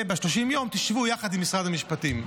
וב-30 היום תשבו יחד עם משרד המשפטים.